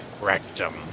rectum